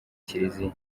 kiliziya